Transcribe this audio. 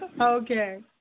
Okay